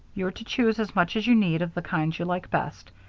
you're to choose as much as you need of the kinds you like best,